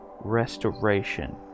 restoration